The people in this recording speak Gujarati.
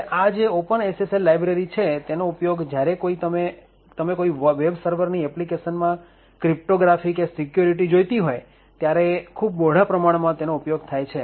હવે આ જે ઓપન SSL લાયબ્રેરી છે તેનો ઉપયોગ જ્યારે કોઈ વેબસર્વરની એપ્લિકેશન માં ક્રિપ્ટોગ્રાફી કે સિક્યુરિટી જોઈતી હોય ત્યારે ખૂબ બહોળા પ્રમાણમાં થાય છે